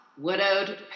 widowed